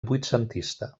vuitcentista